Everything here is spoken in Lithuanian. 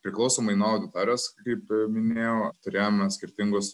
priklausomai nuo auditorijos kaip minėjau turėjome skirtingus